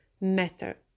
matter